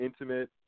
intimate